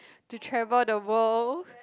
to travel the world